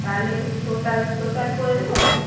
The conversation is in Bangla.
তাহলে টোটাল টোটাল করে দেব